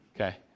Okay